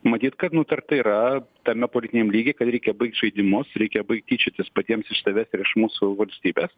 matyt kad nutarta yra tame politiniam lygy kad reikia baigt žaidimus reikia baigt tyčiotis patiems iš savęs ir iš mūsų valstybės